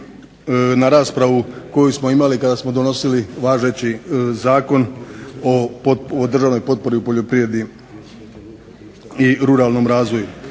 na raspravu koju smo imali kada smo donosili važeći Zakon o državnoj potpori u poljoprivredi i ruralnom razvoju.